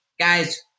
guys